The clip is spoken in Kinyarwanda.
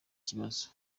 kibazo